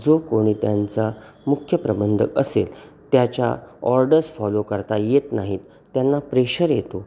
जो कोणी त्यांचा मुख्य प्रबंधक असेल त्याच्या ऑर्डर्स फॉलो करता येत नाहीत त्यांना प्रेशर येतो